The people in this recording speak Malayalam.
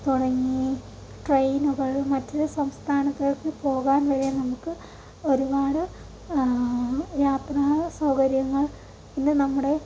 തുടങ്ങി ട്രെയിനുകൾ മറ്റ് സംസ്ഥാനത്തേക്ക് പോകാൻ ഉള്ള നമുക്ക് ഒരുപാട് യാത്രാ സൗകര്യങ്ങൾ ഇന്ന് നമ്മുടെ